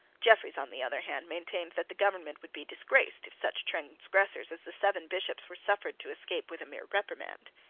jeffreys, on the other hand, maintained that the government would be disgraced if such transgressors as the seven bishops were suffered to escape with a mere reprimand.